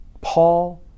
Paul